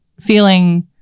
feeling